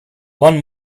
one